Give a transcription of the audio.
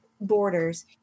borders